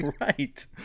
right